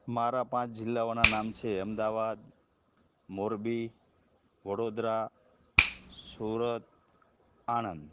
મારા પાંચ જિલ્લાઓનાં નામ છે અમદાવાદ મોરબી વડોદરા સુરત આણંદ